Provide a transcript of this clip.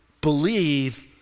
believe